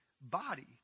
body